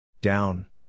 Down